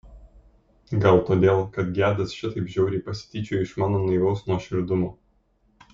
gal todėl kad gedas šitaip žiauriai pasityčiojo iš mano naivaus nuoširdumo